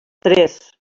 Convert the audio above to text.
tres